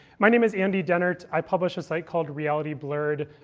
my name is andy dehnart. i publish a site called reality blurred.